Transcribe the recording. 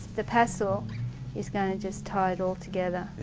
the pastel is going to just tie it all together.